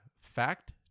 fact